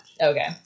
Okay